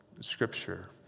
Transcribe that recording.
scripture